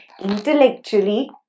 intellectually